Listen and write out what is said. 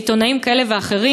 עיתונאים כאלה ואחרים,